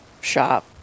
shop